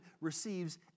receives